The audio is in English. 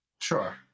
Sure